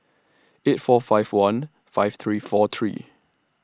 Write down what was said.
eight four five one five three four three